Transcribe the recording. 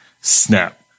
snap